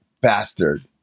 bastard